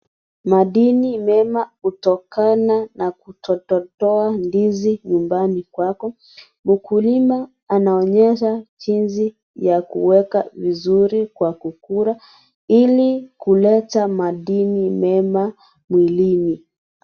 Madini mema hutokana na kutototoa ndizi nyumbani kwako. Mkulima anaonyesha jinsi ya kuweka vizuri kwa kukula ili kuleta madini mema mwilini.